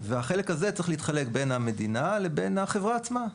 והחלק הזה צריך להתחלק בין המדינה לבין החברה עצמה.